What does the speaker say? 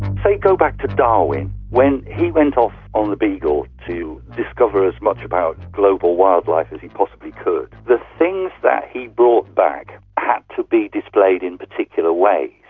say go back to darwin. when he went off on the beagle to discover as much about global wildlife as he possibly could, the things that he brought back had to be displayed in particular ways.